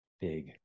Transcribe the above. big